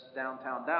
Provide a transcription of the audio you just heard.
downtown